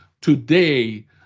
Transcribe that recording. Today